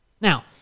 Now